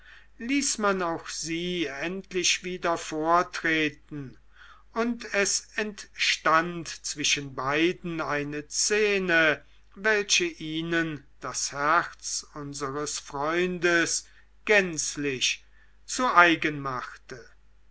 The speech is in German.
ließ man auch sie endlich wieder vortreten und es entstand zwischen beiden eine szene welche ihnen das herz unsers freundes gänzlich zu eigen machte